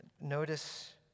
Notice